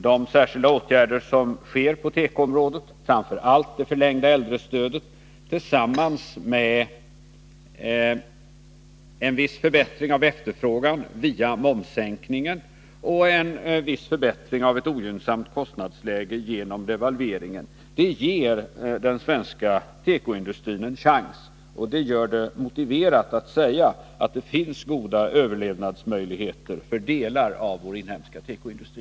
De särskilda åtgärder som har vidtagits på tekoområdet, framför allt det förlängda äldrestödet tillsammans med en viss förbättring av efterfrågan på grund av momssänkningen och en viss förbättring av ett ogynnsamt kostnadsläge genom devalveringen, ger den svenska tekoindustrin en chans. Och det gör det motiverat att säga att det finns goda överlevnadsmöjligheter för delar av vår inhemska tekoindustri.